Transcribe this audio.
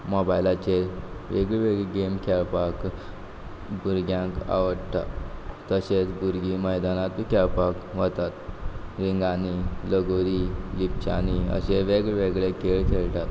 मोबायलाचेर वेगळी वेगळी गॅम खेळपाक भुरग्यांक आवडटा तशेंच भुरगीं मैदानांतूय खेळपाक वतात रिंगानी लगोरी लिपच्यांनी अशें वेग वेगळे खेळ खेळटात